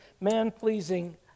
man-pleasing